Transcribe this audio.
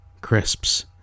Crisps